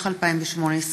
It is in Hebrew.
התשע"ח 2018,